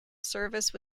service